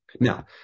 Now